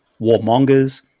warmongers